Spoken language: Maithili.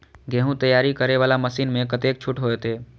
गेहूं तैयारी करे वाला मशीन में कतेक छूट होते?